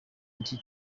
iki